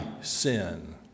sin